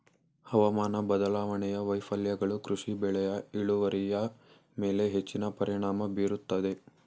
ಹವಾಮಾನ ಬದಲಾವಣೆಯ ವೈಫಲ್ಯಗಳು ಕೃಷಿ ಬೆಳೆಯ ಇಳುವರಿಯ ಮೇಲೆ ಹೆಚ್ಚಿನ ಪರಿಣಾಮ ಬೀರುತ್ತದೆ